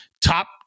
top